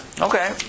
Okay